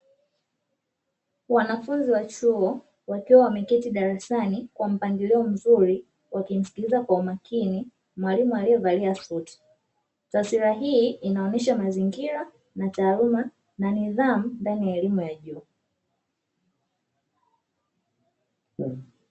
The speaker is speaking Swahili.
Wanafunzi wa chuo wakiwa wameketi darasani kwa mpangilio mzuri wakimsikiliza kwa umakini mwalimu aliyevalia suti. Taswira hii inaonyesha mazingira na taaluma na nidhamu ndani ya elimu ya juu.